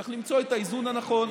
צריך למצוא את האיזון הנכון,